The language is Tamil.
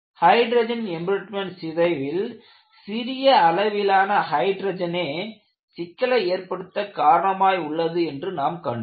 ஹைட்ரஜன் எம்பிரிட்ட்லேமென்ட் சிதைவில் சிறிய அளவிலான ஹைட்ரஜனே சிக்கலை ஏற்படுத்த காரணமாய் உள்ளது என்று நாம் கண்டோம்